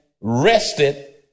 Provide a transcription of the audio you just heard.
rested